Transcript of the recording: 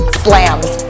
slams